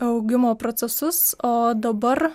augimo procesus o dabar